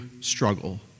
struggle